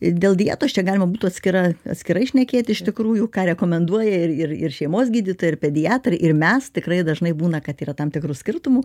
dėl dietos čia galima būtų atskira atskirai šnekėt iš tikrųjų ką rekomenduoja ir ir ir šeimos gydytojai ir pediatrai ir mes tikrai dažnai būna kad yra tam tikrų skirtumų